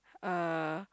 uh